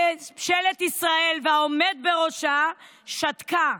ממשלת ישראל והעומד בראשה שתקו,